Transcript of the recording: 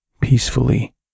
peacefully